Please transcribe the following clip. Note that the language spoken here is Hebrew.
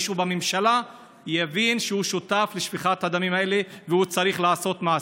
שמישהו בממשלה יבין שהוא שותף לשפיכת הדמים האלה והוא צריך לעשות מעשה.